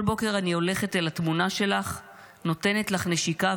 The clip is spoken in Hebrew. כל בוקר אני הולכת אל התמונה שלך נותנת לך נשיקה